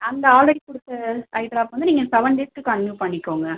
அந்த ஆல்ரெடி கொடுத்த eye drop வந்து நீங்கள் செவன் டேஸுக்கு கண்டினியூ பண்ணிக்கோங்க